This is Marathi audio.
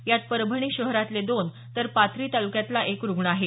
यात परभणी शहरातले दोन तर पाथरी तालुक्यातला एक रुग्ण आहे